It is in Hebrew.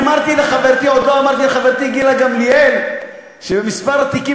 עוד לא אמרתי לחברתי גילה גמליאל שמספר התיקים